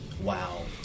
Wow